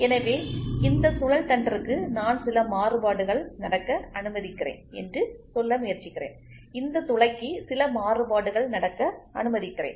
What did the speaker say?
எனவே இந்த சுழல் தண்டிற்கு நான் சில மாறுபாடுகள் நடக்க அனுமதிக்கிறேன் என்று சொல்ல முயற்சிக்கிறேன் இந்த துளைக்கு சில மாறுபாடுகள் நடக்க அனுமதிக்கிறேன்